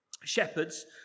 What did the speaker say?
Shepherds